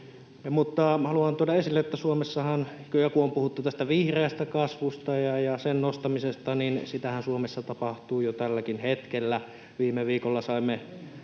mutta haluan tuoda esille, että kun on puhuttu tästä vihreästä kasvusta ja sen nostamisesta, niin sitähän Suomessa tapahtuu jo tälläkin hetkellä. Viime viikolla saimme